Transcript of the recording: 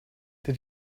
did